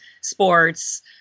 sports